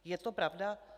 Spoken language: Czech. Je to pravda?